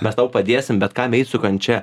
mes tau padėsim bet kam eit su kančia